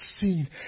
seen